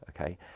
Okay